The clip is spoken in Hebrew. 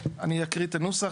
אני אקריא את הנוסח.